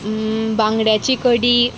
बांगड्याची कडी